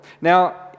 Now